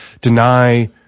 deny